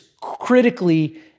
critically